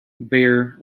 bare